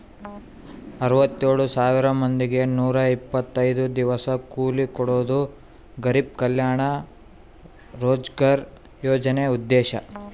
ಅರವತ್ತೆಳ್ ಸಾವಿರ ಮಂದಿಗೆ ನೂರ ಇಪ್ಪತ್ತೈದು ದಿವಸ ಕೂಲಿ ಕೊಡೋದು ಗರಿಬ್ ಕಲ್ಯಾಣ ರೋಜ್ಗರ್ ಯೋಜನೆ ಉದ್ದೇಶ